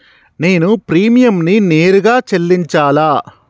నేను ప్రీమియంని నేరుగా చెల్లించాలా?